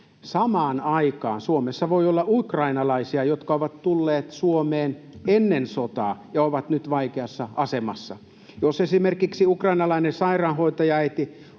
Samaan aikaan Suomessa voi olla ukrainalaisia, jotka ovat tulleet Suomeen ennen sotaa ja ovat nyt vaikeassa asemassa. Jos esimerkiksi ukrainalainen sairaanhoitajaäiti